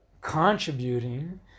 contributing